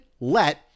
let